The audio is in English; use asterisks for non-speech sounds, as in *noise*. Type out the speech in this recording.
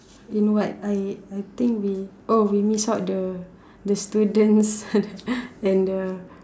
in what I I think we oh we miss out the the students *laughs* and the